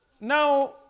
now